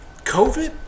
COVID